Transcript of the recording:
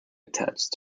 attached